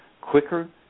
quicker